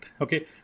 okay